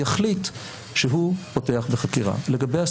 יחליט שהוא פותח בחקירה.